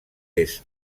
est